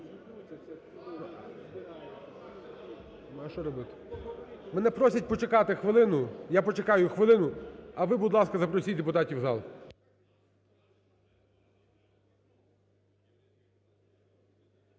Мене просять почекати хвилину. Я почекаю хвилину, а ви, будь ласка, запросіть депутатів у зал.